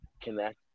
connect